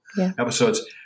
episodes